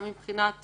גם מבחינת